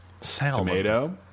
tomato